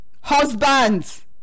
Husbands